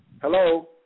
Hello